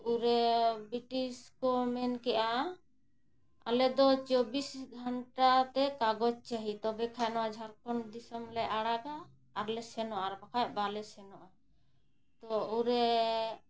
ᱛᱳ ᱩᱱᱨᱮ ᱵᱨᱤᱴᱤᱥ ᱠᱚ ᱢᱮᱱ ᱠᱮᱫᱼᱟ ᱟᱞᱮ ᱫᱚ ᱪᱚᱵᱵᱤᱥ ᱜᱷᱟᱱᱴᱟ ᱛᱮ ᱠᱟᱜᱚᱡᱽ ᱪᱟᱹᱦᱤ ᱛᱚᱵᱮ ᱠᱷᱟᱱ ᱱᱚᱣᱟ ᱡᱷᱟᱲᱠᱷᱚᱸᱰ ᱫᱤᱥᱚᱢ ᱞᱮ ᱟᱲᱟᱜᱟ ᱟᱨᱞᱮ ᱥᱮᱱᱚᱜᱼᱟ ᱟᱨ ᱵᱟᱠᱷᱟᱡ ᱵᱟᱞᱮ ᱥᱮᱱᱚᱜᱼᱟ ᱛᱳ ᱩᱱᱨᱮ